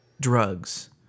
drugs